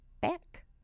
back